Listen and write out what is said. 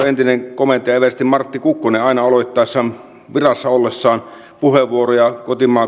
entinen komentaja eversti martti kukkonen virassa ollessaan aina aloittaessaan puheenvuoroja